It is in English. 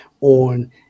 on